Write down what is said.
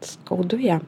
skaudu jam